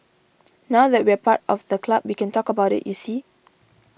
now that we're part of the club we can talk about it you see